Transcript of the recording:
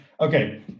okay